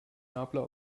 nabla